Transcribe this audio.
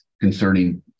concerning